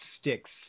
sticks